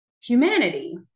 humanity